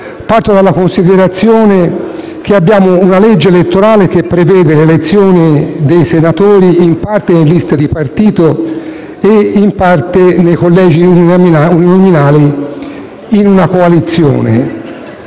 Parto dalla considerazione che abbiamo una legge elettorale che prevede l'elezione dei senatori in parte nelle liste di partito e in parte nei collegi uninominali in una coalizione.